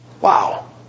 wow